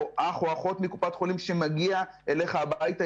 או אח או אחות מקופת החולים שמגיעים אליך הביתה,